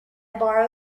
borrow